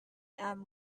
and